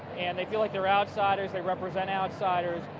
and if you like their outsiders that represent outsiders,